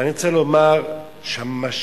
אני רוצה לומר שהמשמעות